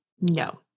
No